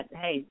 hey